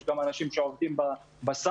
יש גם אנשים שעובדים בסאונד,